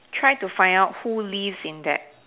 try to find out who lives in that